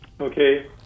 okay